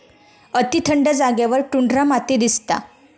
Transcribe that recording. अती थंड जागेवर टुंड्रा माती दिसता